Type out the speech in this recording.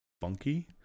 funky